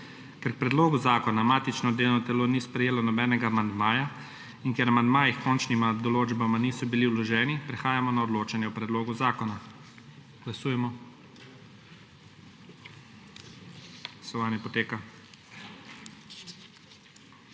Ker k predlogu zakona matično delovno telo ni sprejelo nobenega amandmaja in ker amandmaji h končnima določbama niso bili vloženi, prehajamo na odločanje o predlogu zakona. Glasujemo. Navzočih